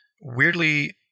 weirdly